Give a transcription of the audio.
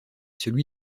celui